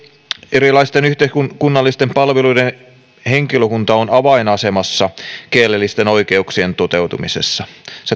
erilaisten yhteiskunnallisten palveluiden henkilökunta on avainasemassa kielellisten oikeuksien toteutumisessa